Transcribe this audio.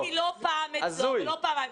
ביקרתי אצלו לא פעם ולא פעמים.